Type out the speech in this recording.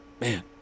Man